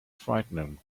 frightening